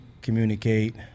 communicate